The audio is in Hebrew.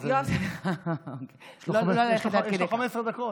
יש לו 15 דקות,